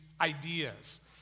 ideas